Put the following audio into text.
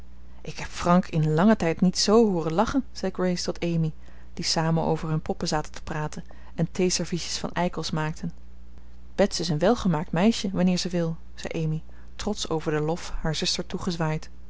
ik heb frank in langen tijd niet z hooren lachen zei grace tot amy die samen over hun poppen zaten te praten en theeserviesjes van eikels maakten bets is een welgemaakt meisje wanneer ze wil zei amy trotsch over den lof haar zuster toegezwaaid